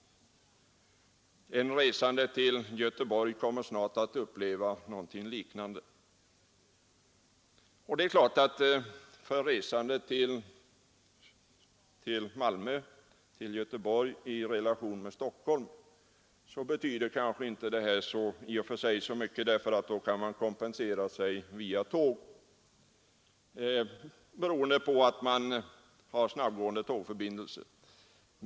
Resande till Göteborg kommer så småningom att få uppleva ungefär detsamma. För resande från Stockholm till Malmö eller Göteborg betyder detta kanske inte så mycket, eftersom det på dessa sträckor finns snabba tågförbindelser.